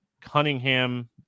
Cunningham